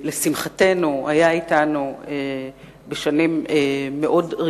שלשמחתנו התמזל מזלנו והוא היה אתנו בעת משבר